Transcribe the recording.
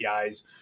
APIs